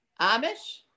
Amish